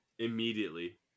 immediately